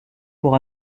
pour